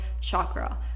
chakra